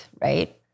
right